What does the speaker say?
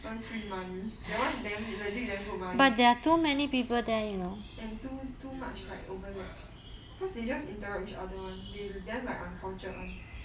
earn free money that one damn legit damn good money and top too much like overlaps because they just interact each other one day lah then like uncultured one